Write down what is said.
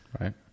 Right